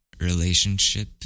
relationship